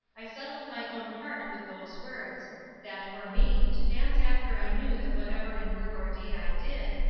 i settled my own heart with those words that for me to dance after i knew that whatever in word or deed i did,